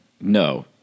no